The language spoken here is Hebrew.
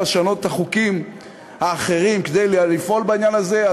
לשנות את החוקים האחרים כדי לפעול בעניין הזה,